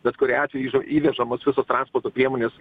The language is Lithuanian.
bet kuriuo atveju yža įvežamos visos transporto priemonės